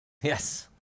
Yes